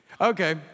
Okay